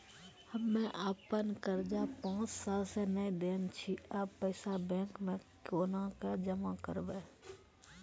हम्मे आपन कर्जा पांच साल से न देने छी अब पैसा बैंक मे कोना के जमा करबै?